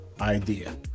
idea